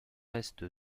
est